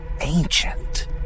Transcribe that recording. ancient